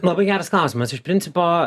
labai geras klausimas iš principo